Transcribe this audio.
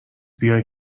بیای